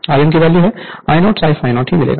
Im की value I0 sin ∅0 मिलेगा